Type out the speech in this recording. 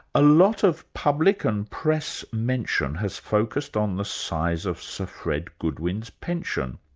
a lot of public and press mention has focused on the size of sir fred goodwin's pension.